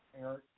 Eric